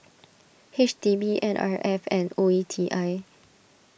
H D B N R F and O E T I